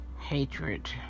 Hatred